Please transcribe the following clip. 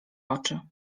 oczy